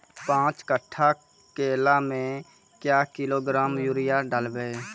पाँच कट्ठा केला मे क्या किलोग्राम यूरिया डलवा?